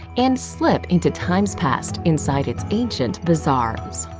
and slip into times past inside its ancient bazaars.